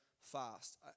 fast